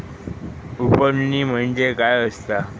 उफणणी म्हणजे काय असतां?